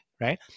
right